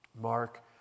Mark